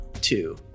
two